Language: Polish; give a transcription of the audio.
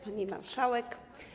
Pani Marszałek!